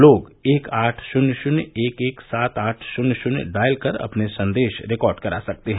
लोग एक आठ शून्य शून्य एक एक सात आठ शून्य शून्य डायल कर अपने संदेश रिकॉर्ड करा सकते हैं